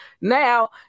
Now